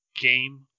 game